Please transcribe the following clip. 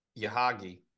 Yahagi